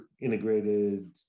integrated